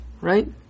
right